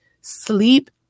sleep